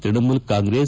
Trinamool Congress